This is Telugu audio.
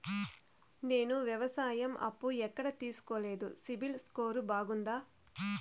నేను వ్యవసాయం అప్పు ఎక్కడ తీసుకోలేదు, సిబిల్ స్కోరు బాగుందా?